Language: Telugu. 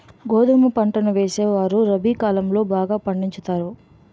గోధుమ పంటలను వేసేవారు రబి కాలం లో బాగా పండించుతారు